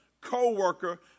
co-worker